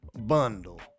bundle